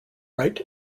right